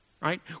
right